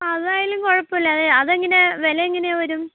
അതായാലും കുഴപ്പമില്ല അത് എങ്ങനെ ആ വില എങ്ങനെ വരും